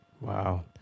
Wow